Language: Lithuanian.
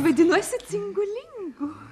vadinuosi cingu lingu